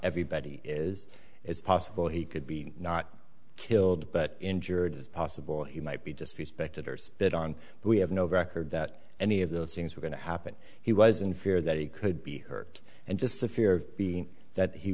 everybody is it's possible he could be not killed but injured as possible he might be just respected or spit on we have no record that any of those things were going to happen he was in fear that he could be hurt and just a fear of being that he